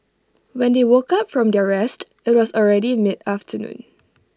when they woke up from their rest IT was already mid afternoon